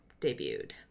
debuted